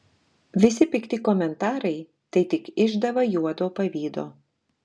visi pikti komentarai tai tik išdava juodo pavydo